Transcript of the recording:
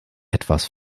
etwas